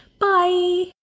Bye